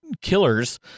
killers